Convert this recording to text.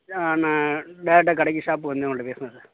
நான் டேரெக்டாக கடைக்கு ஷாப்புக்கு வந்து உங்கள்கிட்ட பேசுகிறேன் சார்